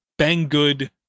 Banggood